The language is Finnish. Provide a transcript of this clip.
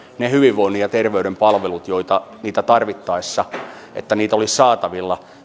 ne hyvinvoinnin ja terveyden palvelut joita olisi tarvittaessa saatavilla